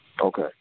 Okay